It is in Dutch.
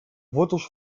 wortels